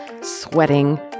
sweating